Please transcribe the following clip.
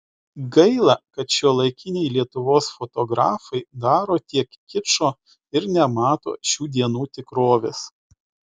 gaila kad šiuolaikiniai lietuvos fotografai daro tiek kičo ir nemato šių dienų tikrovės